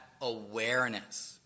awareness